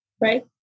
Right